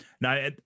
now